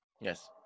Yes